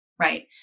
Right